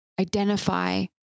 identify